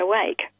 awake